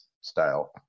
style